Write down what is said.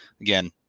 Again